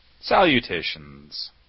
Salutations